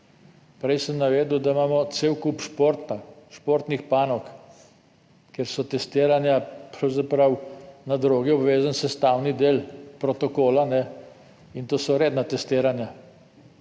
Prej sem navedel, da imamo cel kup športa, športnih panog, kjer so testiranja pravzaprav na droge obvezen sestavni del protokola in to so redna testiranja.